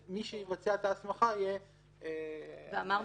מי שיבצע את ההסמכה יהיה הם.